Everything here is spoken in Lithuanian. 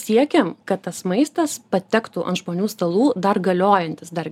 siekiam kad tas maistas patektų ant žmonių stalų dar galiojantis dar